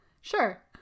Sure